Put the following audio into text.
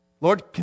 Lord